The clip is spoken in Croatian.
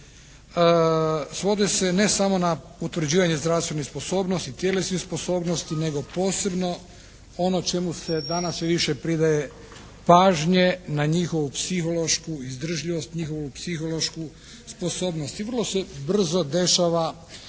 svode se ne samo na utvrđivanje zdravstvene sposobnosti i tjelesne sposobnosti nego posebno ono čemu se danas sve više pridaje pažnje na njihovu psihološku izdržljivost, njihovu psihološku sposobnost i vrlo se brzo dešava